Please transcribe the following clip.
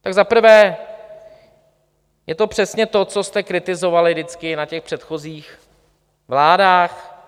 Tak za prvé je to přesně to, co jste kritizovali vždycky na těch předchozích vládách.